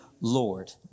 Lord